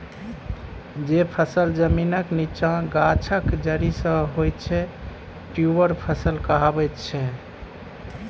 जे फसल जमीनक नीच्चाँ गाछक जरि सँ होइ छै ट्युबर फसल कहाबै छै